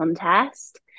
contest